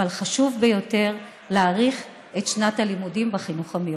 אבל חשוב ביותר להאריך את שנת הלימודים בחינוך המיוחד.